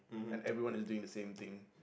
and everyone is doing the same thing